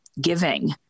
giving